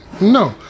no